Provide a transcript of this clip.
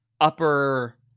upper